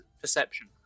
Perception